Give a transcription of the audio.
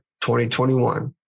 2021